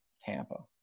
Tampa